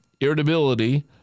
irritability